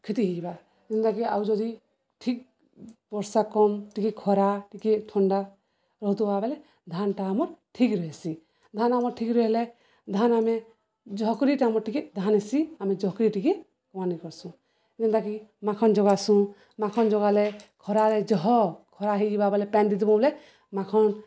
କ୍ଷତି ହେଇଯିବା ଯେନ୍ତାକି ଆଉ ଯଦି ଠିକ୍ ବର୍ଷା କମ୍ ଟିକେ ଖରା ଟିକେ ଥଣ୍ଡା ରହୁଥିବା ବା ବଲେ ଧାନଟା ଆମର୍ ଠିକ୍ ରହିସି ଧାନ ଆମର୍ ଠିକ୍ ରୁହଲେ ଧାନ ଆମେ ଝହକରିଟା ଆମର ଟିକେ ଧାନ ହେସି ଆମେ ଝକରି ଟିକେ କଆାନି କର୍ସୁଁ ଯେନ୍ତାକି ମାଖନ ଜୋଗାସୁଁ ମାଖନ ଯଗାଲେ ଖରାରେ ଜହ ଖରା ହେଇଯ ବା ବଲେ ପ୍ୟାନ୍ ଦେଇଦବ ବୋଲେ ମାଖନ